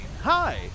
Hi